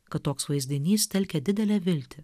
kad toks vaizdinys telkia didelę viltį